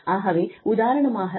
ஆகவே உதாரணமாக திரு